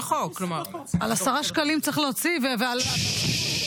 למרות הכאב העז שאנו חווים, עלינו לזכור כמדינה: